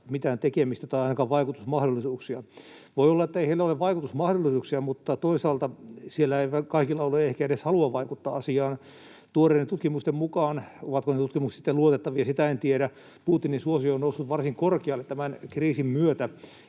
mitään tekemistä tai ainakaan vaikutusmahdollisuuksia. Voi olla, ettei heillä ole vaikutusmahdollisuuksia, mutta toisaalta siellä ei kaikilla ole ehkä edes halua vaikuttaa asiaan. Tuoreiden tutkimusten mukaan — ovatko ne tutkimukset sitten luotettavia, sitä en tiedä — Putinin suosio on noussut varsin korkealle tämän kriisin myötä,